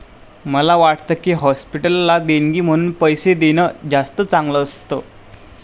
मला वाटतं की, हॉस्पिटलला देणगी म्हणून पैसे देणं जास्त चांगलं असतं